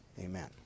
Amen